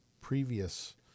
previous